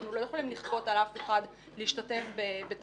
אנחנו לא יכולים לכפות על אף אחד להשתתף בתשלום